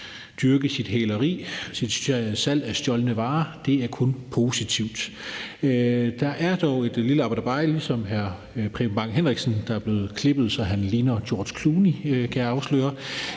dyrke sit hæleri, altså sit salg af stjålne varer, er kun positivt. Der er dog et lille aber dabei. Ligesom hr. Preben Bang Henriksen – som er blevet klippet, så han ligner George Clooney, kan jeg afsløre